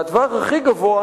והטווח הכי גבוה,